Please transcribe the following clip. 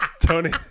Tony